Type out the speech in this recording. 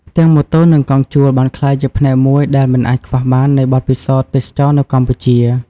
ទាំងម៉ូតូនិងកង់ជួលបានក្លាយជាផ្នែកមួយដែលមិនអាចខ្វះបាននៃបទពិសោធន៍ទេសចរណ៍នៅកម្ពុជា។